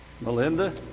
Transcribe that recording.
Melinda